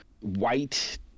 white